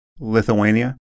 Lithuania